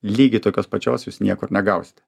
lygiai tokios pačios jūs niekur negausite